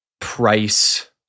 price